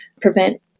prevent